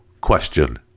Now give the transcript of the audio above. question